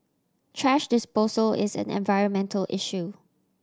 thrash disposal is an environmental issue